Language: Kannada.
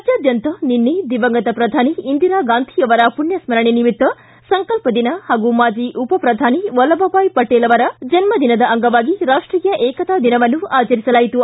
ರಾಜ್ಯಾದ್ಯಂತ ನಿನ್ನೆ ದಿವಂಗತ ಪ್ರಧಾನಿ ಇಂದಿರಾಗಾಂಧಿ ಅವರ ಪುಣ್ಯಸ್ಥರಣೆ ನಿಮಿತ್ತ ಸಂಕಲ್ಪ ದಿನ ಹಾಗೂ ಮಾಜಿ ಉಪ ಪ್ರಧಾನಿ ವಲ್ಲಭ ಭಾಯಿ ಪಟೇಲ ಅವರ ಜನ್ಮದಿನದ ಅಂಗವಾಗಿ ರಾಷ್ಟೀಯ ಏಕತಾ ದಿನವನ್ನು ಆಚರಿಸಲಾಯಿತು